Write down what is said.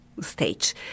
stage